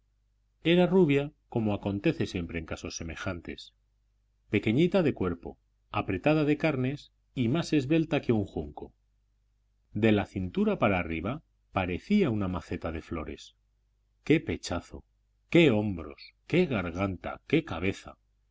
era rubia como acontece siempre en casos semejantes pequeñita de cuerpo apretada de carnes y más esbelta que un junco de la cintura para arriba parecía una maceta de flores qué pechazo qué hombros qué garganta qué cabeza